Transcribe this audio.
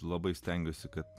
labai stengiasi kad